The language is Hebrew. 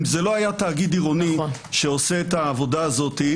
אם זה לא היה תאגיד עירוני שעושה את העבודה הזאת,